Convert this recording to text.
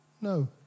No